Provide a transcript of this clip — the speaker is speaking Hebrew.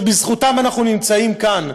שבזכותם אנחנו נמצאים כאן,